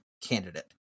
candidate